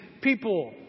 people